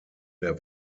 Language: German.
der